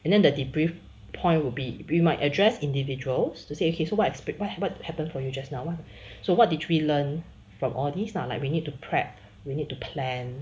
and then the debrief point would be we might address individuals to say okay why what happen for you just now what so what did we learn from all these lah like we need to prep we need to plan